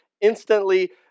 instantly